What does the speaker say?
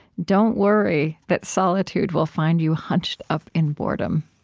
don't worry that solitude will find you hunched up in boredom.